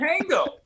tango